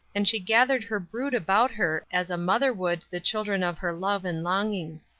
and she gathered her brood about her as a mother would the children of her love and longing.